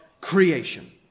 Creation